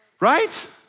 Right